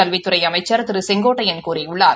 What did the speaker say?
கல்வித்துறை அமைச்சர் திரு கே ஏ செங்கோட்டையன் கூறியுள்ளார்